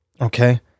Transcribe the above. Okay